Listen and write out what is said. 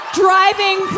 driving